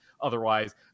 otherwise